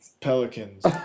Pelicans